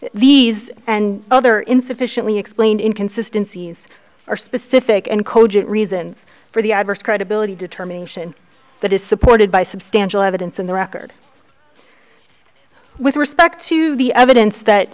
these and other insufficiently explained in consistencies are specific and cogent reasons for the adverse credibility determination that is supported by substantial evidence in the record with respect to the evidence that